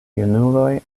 junuloj